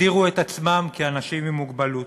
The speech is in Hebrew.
הגדירו את עצמם כאנשים עם מוגבלות.